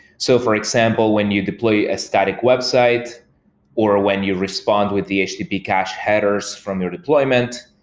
so for example when you deploy a static website or when you respond with the http cache headers from your deployment,